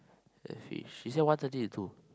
that bitch she said one thirty to two